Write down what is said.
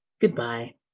goodbye